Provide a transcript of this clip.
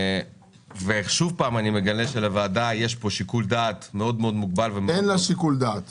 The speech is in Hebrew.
ושוב אני מגלה שלוועדה יש שיקול דעת מאוד מוגבל וחלש.